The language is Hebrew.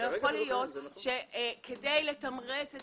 לא יכול להיות שכדי לתמרץ את